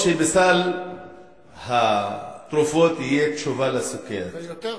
טוב שבסל התרופות תהיה תשובה לסוכרת,